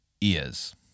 ears